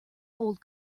old